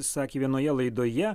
sakė vienoje laidoje